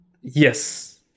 Yes